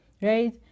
right